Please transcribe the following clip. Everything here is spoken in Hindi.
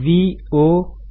Vcक्या है